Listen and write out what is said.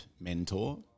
mentor